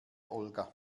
olga